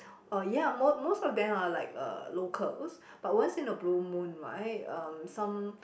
oh ya most most of them are like uh locals but once in a blue moon right um some